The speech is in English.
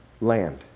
land